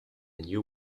new